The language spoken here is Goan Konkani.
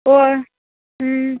हय